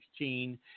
2016